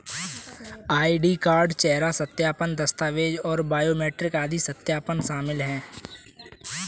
ID card, चेहरा सत्यापन, दस्तावेज़ और बायोमेट्रिक आदि सत्यापन शामिल हैं